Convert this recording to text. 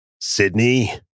Sydney